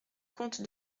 comte